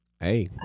Hey